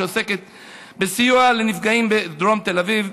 שעוסקת בסיוע לנפגעים בדרום תל אביב,